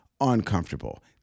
Uncomfortable